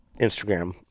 Instagram